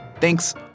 thanks